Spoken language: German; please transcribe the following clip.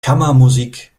kammermusik